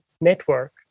network